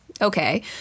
okay